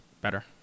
better